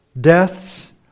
deaths